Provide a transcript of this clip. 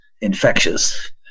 infectious